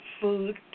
food